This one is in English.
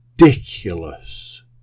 ridiculous